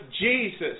Jesus